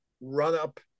run-up